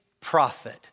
prophet